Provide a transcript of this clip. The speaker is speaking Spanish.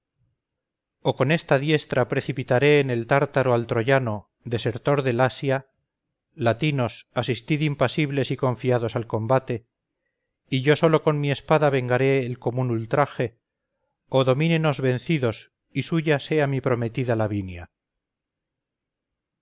o con esta diestra precipitaré en el tártaro al troyano desertor del asia latinos asistid impasibles y confiados al combate y yo solo con mi espada vengaré el común ultraje o domínenos vencidos y suya sea mi prometida